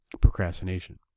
procrastination